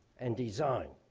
and design.